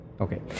Okay